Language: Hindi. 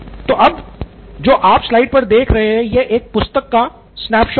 तो अब जो आप स्लाइड पर देख रहे हैं यह पुस्तक का एक स्नैपशॉट है